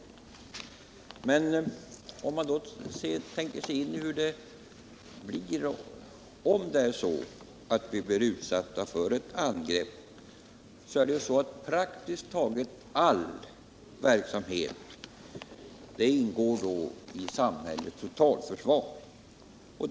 Men om vårt land blir utsatt för ett angrepp, ingår praktiskt taget all verksamhet i samhällets totalförsvar.